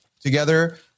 together